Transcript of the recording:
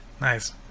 Nice